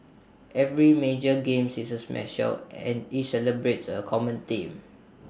every major games is A special and each celebrates A common theme